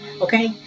Okay